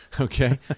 Okay